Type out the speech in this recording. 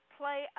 play